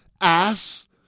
Ass